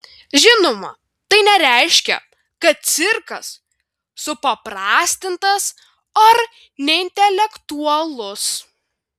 žinoma tai nereiškia kad cirkas supaprastintas ar neintelektualus